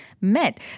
met